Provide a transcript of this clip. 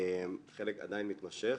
חלק עדיין מתמשך.